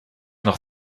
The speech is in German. noch